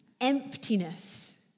emptiness